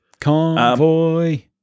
Convoy